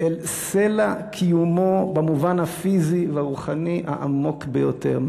אל סלע קיומו במובן הפיזי והרוחני העמוק ביותר?